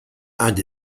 and